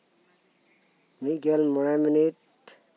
ᱢᱤᱫ ᱜᱮᱞ ᱢᱚᱬᱮ ᱢᱤᱱᱤᱴ